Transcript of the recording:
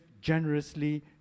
generously